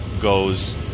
goes